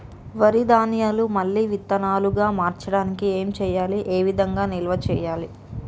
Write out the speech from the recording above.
వరి ధాన్యము మళ్ళీ విత్తనాలు గా మార్చడానికి ఏం చేయాలి ఏ విధంగా నిల్వ చేయాలి?